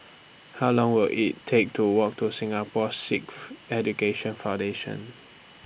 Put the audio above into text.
How Long Will IT Take to Walk to Singapore Sikh Education Foundation